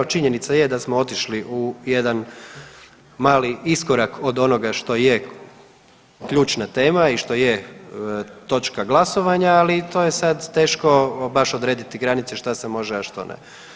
Činjenica je da smo otišli u jedan mali iskorak od onoga što je ključna tema i što je točka glasovanja, ali to je sad teško baš odrediti granice šta se može, a što ne.